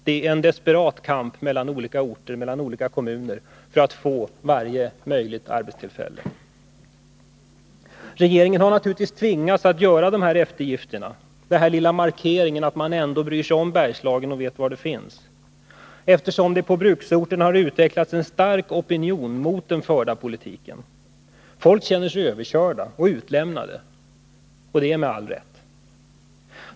Det är en desperat kamp mellan olika orter, mellan olika kommuner, för att få varje möjligt arbetstillfälle. Regeringen har naturligtvis tvingats att göra sådana här eftergifter, den här lilla markeringen att man ändå bryr sig om Bergslagen och vet var det finns, eftersom det på bruksorterna har utvecklats en stark opinion mot den förda politiken. Folk känner sig överkörda och utlämnade, och det med all rätt.